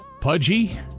Pudgy